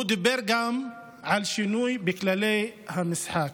הוא דיבר גם על שינוי בכללי המשחק.